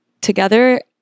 together